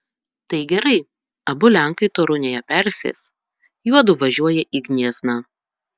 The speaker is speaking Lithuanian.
tai gerai abu lenkai torunėje persės juodu važiuoja į gniezną